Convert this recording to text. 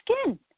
skin